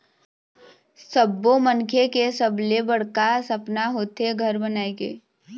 सब्बो मनखे के सबले बड़का सपना होथे घर बनाए के